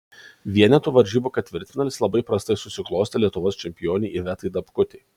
vienetų varžybų ketvirtfinalis labai prastai susiklostė lietuvos čempionei ivetai dapkutei